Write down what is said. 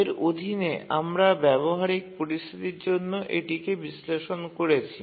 এর অধীনে আমরা ব্যবহারিক পরিস্থিতির জন্য এটিকে বিশ্লেষণ করেছি